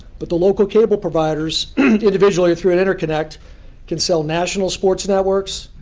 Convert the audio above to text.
but the local cable providers individually or through an interconnect can sell national sports networks,